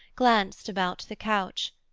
glanced about the couch,